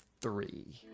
three